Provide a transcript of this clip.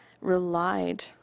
relied